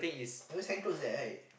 you always hang clothes there right